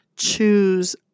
choose